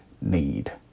need